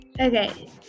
okay